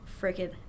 Freaking